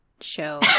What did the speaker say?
show